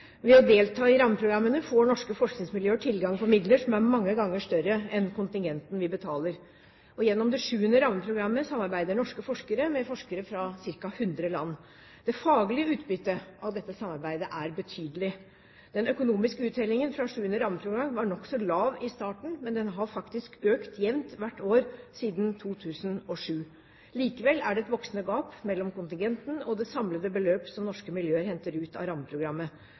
Ved å delta i rammeprogrammene får norske forskningsmiljøer tilgang på midler som er mange ganger større enn kontingenten vi betaler. Gjennom det 7. rammeprogrammet samarbeider norske forskere med forskere fra ca. 100 land. Det faglige utbyttet av dette samarbeidet er betydelig. Den økonomiske uttellingen fra 7. rammeprogram var nokså lav i starten, men den har faktisk økt jevnt hvert år siden 2007. Likevel er det et voksende gap mellom kontingenten og det samlede beløp som norske miljøer henter ut av rammeprogrammet.